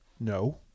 No